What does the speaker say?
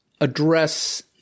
address